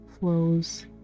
flows